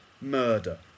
murder